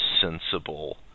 sensible